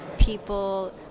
people